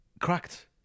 cracked